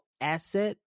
asset